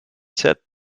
set